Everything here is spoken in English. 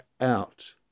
out